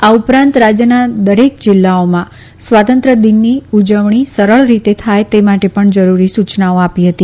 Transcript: આ ઉપરાંત રાજયના દરેક જીલ્લાઓમાં સ્વાતંત્ર દિનની ઉજવણી સરળ રીતે થાય તે માટે પણ જરૂરી સુચનાઓ આપી હતી